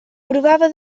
provava